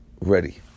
ready